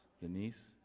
Denise